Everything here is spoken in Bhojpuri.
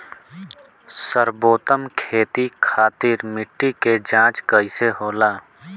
सर्वोत्तम खेती खातिर मिट्टी के जाँच कईसे होला?